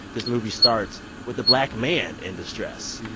this movie starts with a black man in distress.